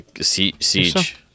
Siege